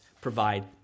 provide